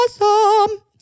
awesome